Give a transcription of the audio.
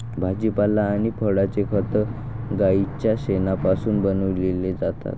भाजीपाला आणि फळांचे खत गाईच्या शेणापासून बनविलेले जातात